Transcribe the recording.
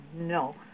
No